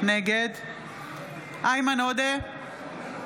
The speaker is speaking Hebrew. נגד איימן עודה,